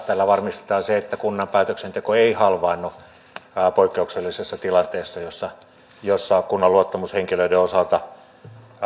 tällä varmistetaan se että kunnan päätöksenteko ei halvaannu poikkeuksellisessa tilanteessa jossa kunnan luottamushenkilöiden osalta